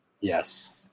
Yes